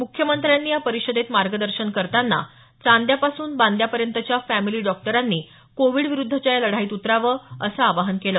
मुख्यमंत्र्यांनी या परिषदेत मार्गदर्शन करताना चांद्यापासून बांद्यापर्यंतच्या फॅमिली डॉक्टरांनी कोविड विरुद्धच्या या लढाईत उतरावं असं आवाहन केलं